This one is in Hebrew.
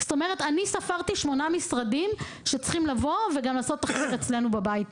אני ספרתי שמונה משרדים שצריכים לבוא וגם לעשות תחקיר אצלנו בבית,